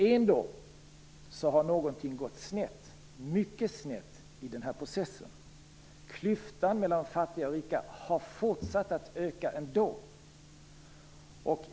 Ändå har någonting gått snett, mycket snett, i processen. Klyftan mellan fattiga och rika har fortsatt att öka ändå.